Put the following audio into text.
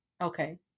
okay